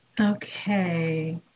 Okay